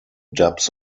dubs